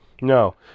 No